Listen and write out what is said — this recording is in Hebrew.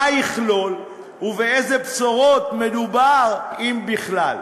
מה יכלול ובאיזה בשורות מדובר, אם בכלל.